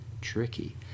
tricky